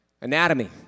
Anatomy